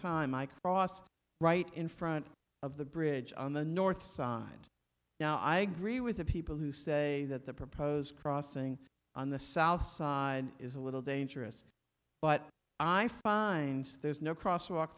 time i crossed right in front of the bridge on the north side and now i agree with the people who say that the proposed crossing on the south side is a little dangerous but i find there's no cross walk